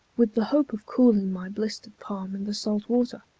with the hope of cooling my blistered palm in the salt water.